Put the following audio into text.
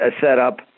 setup